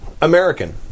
American